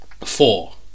Four